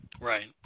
Right